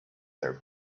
their